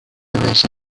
مزه